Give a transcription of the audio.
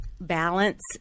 balance